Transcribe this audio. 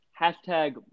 Hashtag